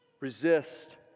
Resist